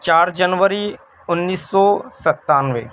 چار جنوری انیس سو ستانوے